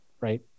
right